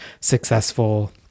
successful